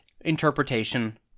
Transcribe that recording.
interpretation